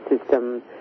system